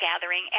gathering